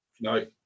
No